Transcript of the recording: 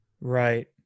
Right